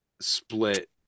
split